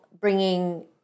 bringing